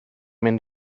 mynd